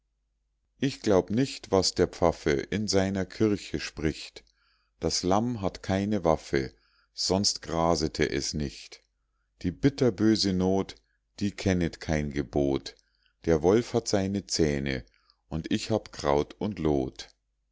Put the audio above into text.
ich glaub nicht was der pfaffe in seiner kirche spricht das lamm hat keine waffe sonst grasete es nicht die bitterböse not die kennet kein gebot der wolf hat seine zähne und ich hab kraut und lot